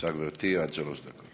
בבקשה, גברתי, עד שלוש דקות.